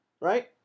Right